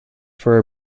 for